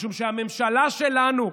משום שהממשלה שלנו,